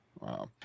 Wow